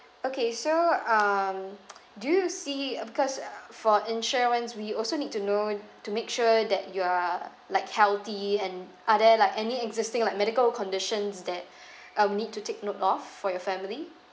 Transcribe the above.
okay so um do you see because for insurance we also need to know to make sure that you are like healthy and are there like any existing like medical conditions that uh we need to take note of for your family